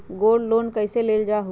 Gold loan कईसे लेल जाहु?